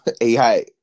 AI